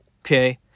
Okay